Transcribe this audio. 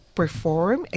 perform